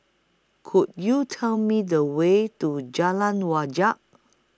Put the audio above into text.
Could YOU Tell Me The Way to Jalan Wajek